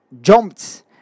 jumped